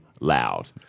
loud